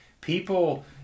People